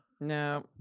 No